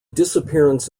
disappearance